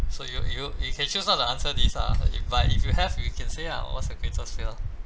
so you you you can choose not to answer these ah but if you have you can say ah what's your greatest fear